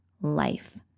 life